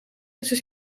tussen